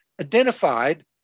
identified